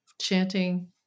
Chanting